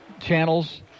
channels